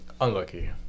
Unlucky